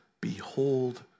behold